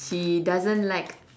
she doesn't like